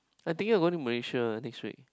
I think I'm going to Malaysia next week